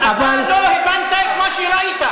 אתה לא הבנת את מה שראית.